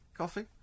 Coffee